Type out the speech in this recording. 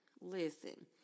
Listen